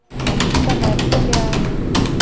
बीज का महत्व क्या है?